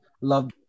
love